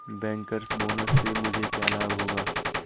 Bankers bonus से मुझे क्या लाभ होगा?